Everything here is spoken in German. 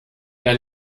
der